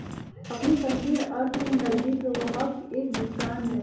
अपने संकीर्ण अर्थ में नकदी प्रवाह एक भुगतान है